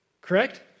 Correct